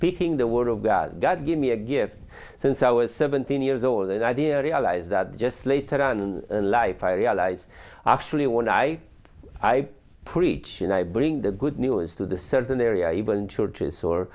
picking the word of god god gave me a gift since i was seventeen years old and idea i realize that just later on in life i realize actually when i i preach and i bring the good news to the certain area even churches or